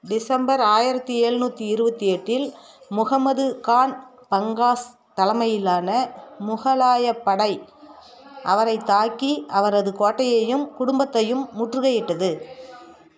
December ஆயிரத்து ஏழ்நூற்றி இருபத்தெட்டில் முகமது கான் பங்காஷ் தலைமையிலான முகலாயப் படை அவரைத் தாக்கி அவரது கோட்டையையும் குடும்பத்தையும் முற்றுகையிட்டது